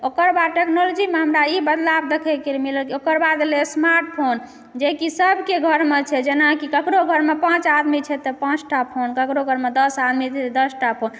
ओकर बाद टेक्नोलॉजीमे हमरा ई बदलाव देखयके मिलल ओकर बाद एलय स्मार्टफोन जेकि सभके घरमे छै जेनाकि ककरो घरमे पाँच आदमी छै तऽ पाँचटा फोन ककरो घरमे दश आदमी छै तऽ दशटा फोन